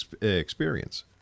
experience